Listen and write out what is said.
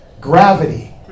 gravity